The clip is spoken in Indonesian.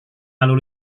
lalu